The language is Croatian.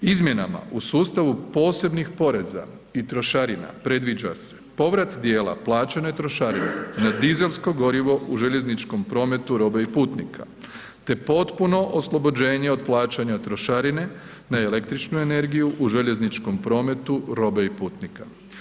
Izmjenama u sustavu posebnih poreza i trošarina predviđa se povrat dijela plaćene trošarine na dizelsko gorivo u željezničkom prometu robe i putnika te potpuno oslobođenje od plaćanja trošarine na električnu energiju u željezničkom prometu robe i putnika.